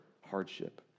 hardship